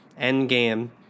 Endgame